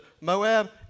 Moab